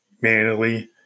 manually